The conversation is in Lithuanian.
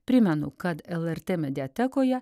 primenu kad lrt mediatekoje